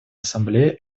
ассамблеей